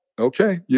Okay